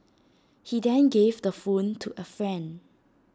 he then gave the phone to A friend